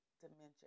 dementia